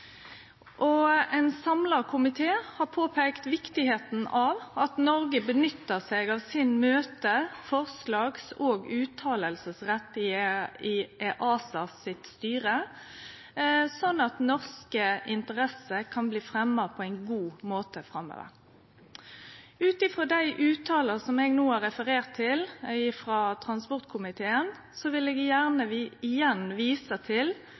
dag. Ein samla komité har òg peika på viktigheita av at Noreg nyttar seg av møte-, forslags- og uttaleretten sin i EASA-styret, sånn at norske interesser kan bli fremja på ein god måte framover. Ut frå dei merknadene eg no har referert til frå transport- og kommunikasjonskomiteen, vil eg igjen vise til